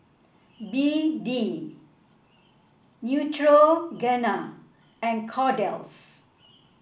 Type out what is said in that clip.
B D Neutrogena and Kordel's